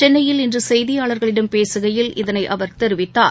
சென்னையில் இன்று செய்தியாளர்களிடம் பேசுகையில் இதனை அவர் தெரிவித்தார்